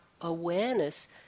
awareness